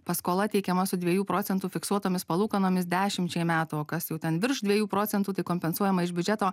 paskola teikiama su dviejų procentų fiksuotomis palūkanomis dešimčiai metų o kas jau ten virš dviejų procentų tai kompensuojama iš biudžeto